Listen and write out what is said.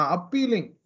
Appealing